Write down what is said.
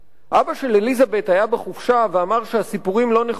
אבא של אליזבת היה בחופשה ואמר שהסיפורים לא נכונים,